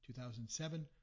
2007